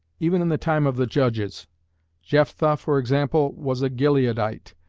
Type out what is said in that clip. even in the time of the judges jephtha, for example, was a gileadite,